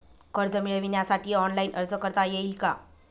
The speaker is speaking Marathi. कर्ज मिळविण्यासाठी ऑनलाइन अर्ज करता येईल का?